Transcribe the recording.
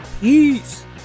Peace